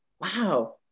wow